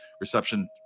reception